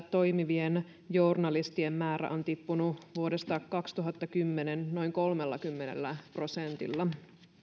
toimivien journalistien määrä on tippunut vuodesta kaksituhattakymmenen noin kolmellakymmenellä prosentilla